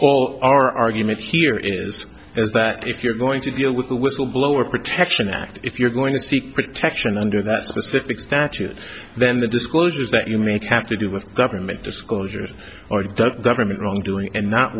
or our argument here is is that if you're going to deal with the whistleblower protection act if you're going to speak protection under that specific statute then the disclosures that you make have to do with government disclosures or in government wrongdoing and not